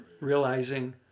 realizing